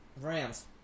Rams